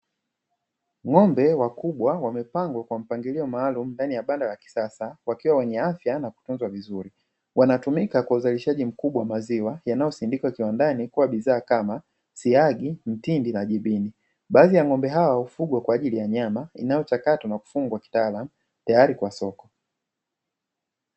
Ng'ombe wakubwa wamepangwa kwa mpangilio maalumu ndani ya banda la kisasa wakiwa wenye afya na kutunzwa vizuri, wanatumika kwa uzalishaji wa maziwa yanayosindikwa kiwandani kwa bidhaa kama: siagi, mtindi na jibini. Baadhi ya Ng'ombe hao hufugwa kwa ajili ya nyama inayochakatwa na kufungwa kitaalamu tayari kwa soko.